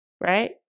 right